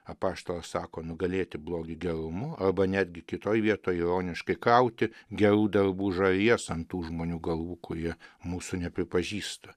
apaštalas sako nugalėti blogį gerumu arba netgi kitoj vietoj ironiškai krauti gerų darbų žarijas ant tų žmonių galvų kurie mūsų nepripažįsta